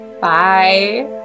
Bye